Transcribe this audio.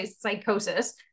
psychosis